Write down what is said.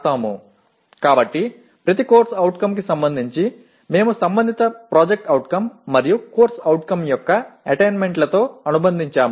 ஆகவே ஒவ்வொரு CO ஐப் பொறுத்தவரையில் அதனுடன் தொடர்புடைய PO களுடன் நாங்கள் இணைக்கிறோம் இணைந்திருக்கிறோம்